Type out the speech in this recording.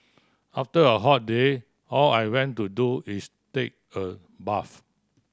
after a hot day all I want to do is take a bath